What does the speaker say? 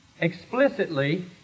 explicitly